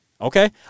Okay